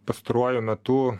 pastaruoju metu